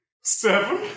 Seven